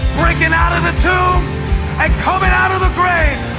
breaking out of the tomb and coming out of the grave!